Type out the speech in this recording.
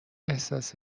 احساس